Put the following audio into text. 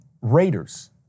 Raiders